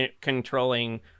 controlling